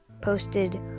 posted